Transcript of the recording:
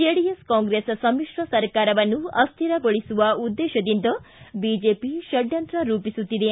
JDS Congress ಸಮಿಶ್ರ ಸರ್ಕಾರವನ್ನು ಅಸ್ವಿರಗೊಳಸುವ ಉದ್ದೇಶದಿಂದ ಬಿಜೆಪಿ ಪಡ್ಣಂತ್ರ ರೂಪಿಸುತ್ತಿದೆ